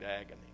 agony